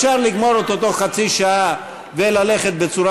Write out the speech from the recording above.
אפשר לגמור אותו בתוך חצי שעה וללכת בצורה